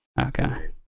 okay